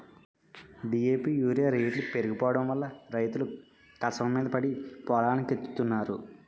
DAP urea రేట్లు పెరిగిపోడంవల్ల రైతులు కసవమీద పడి పొలానికెత్తన్నారు